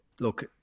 look